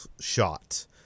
shot